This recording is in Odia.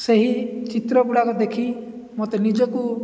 ସେହି ଚିତ୍ର ଗୁଡ଼ାକ ଦେଖି ମୋତେ ନିଜକୁ